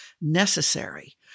necessary